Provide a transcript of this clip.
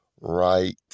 right